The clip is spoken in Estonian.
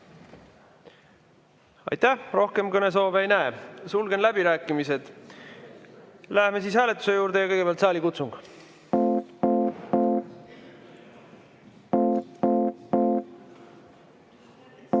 Aitäh! Rohkem kõnesoove ei näe, sulgen läbirääkimised. Läheme hääletuse juurde. Kõigepealt on saalikutsung.